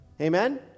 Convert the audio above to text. Amen